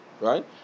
Right